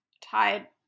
tied